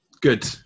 Good